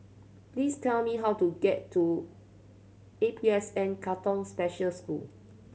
please tell me how to get to A P S N Katong Special School